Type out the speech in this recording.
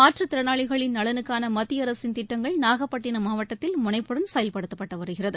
மாற்றுத்திறனாளிகளின் நலனுக்கானமத்தியஅரசின் திட்டங்கள் நாகப்பட்டினம் மாவட்டத்தில் முனைப்புடன் செயல்படுத்தப்பட்டுவருகிறது